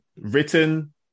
written